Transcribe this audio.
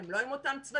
הם לא עם אותם צוותים.